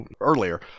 earlier